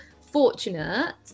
fortunate